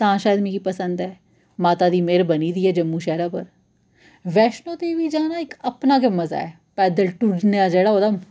तां शायद मी पसंद ऐ माता दी मेह्र बनी दी ऐ जम्मू शैह्रा पर वैश्नो देवी जाना इक अपना गै मजा ऐ पैदल टुरना जेह्ड़ा ओह्दा